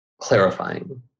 clarifying